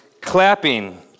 clapping